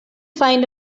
find